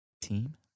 team